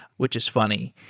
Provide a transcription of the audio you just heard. which is funny.